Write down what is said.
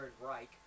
Reich